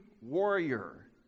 warrior